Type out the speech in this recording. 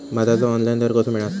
भाताचो ऑनलाइन दर कसो मिळात?